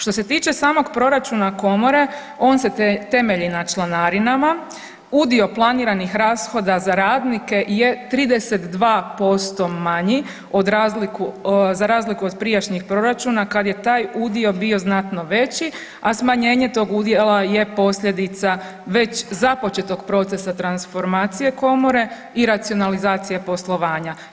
Što se tiče samog proračuna komore on se temelji na članarinama, udio planiranih rashoda za radnike je 32% manji za razliku od prijašnjih proračuna kad je taj udio bio znatno veći, a smanjenje tog udjela je posljedica već započetog procesa transformacije komore i racionalizacije poslovanja.